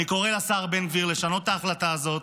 אני קורא לשר בן גביר לשנות את ההחלטה הזאת